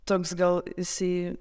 toks gal esi